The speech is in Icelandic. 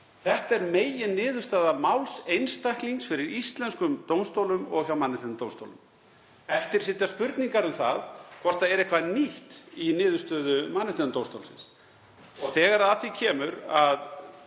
Þetta er meginniðurstaða máls einstaklings fyrir íslenskum dómstólum og hjá Mannréttindadómstólnum. Eftir sitja spurningar um hvort það er eitthvað nýtt í niðurstöðu Mannréttindadómstólsins og þegar að því kemur að